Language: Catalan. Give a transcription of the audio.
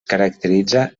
caracteritza